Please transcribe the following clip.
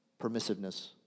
permissiveness